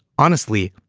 honestly,